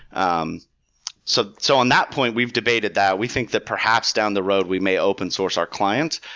um so so in that point, we've debated that we think that, perhaps down the road, we may open source our client,